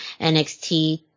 NXT